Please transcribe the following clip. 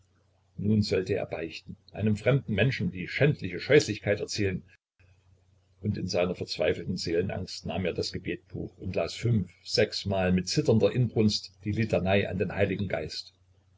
nun sollte er beichten einem fremden menschen die schändliche scheußlichkeit erzählen und in seiner verzweifelten seelenangst nahm er das gebetbuch und las fünf sechsmal mit zitternder inbrunst die litanei an den heiligen geist